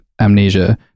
amnesia